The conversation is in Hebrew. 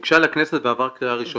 הוגשה לכנסת ועברה קריאה ראשונה.